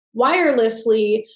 wirelessly